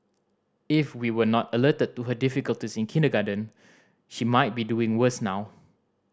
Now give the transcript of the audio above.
if we were not alerted to her difficulties in kindergarten she might be doing worse now